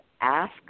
ask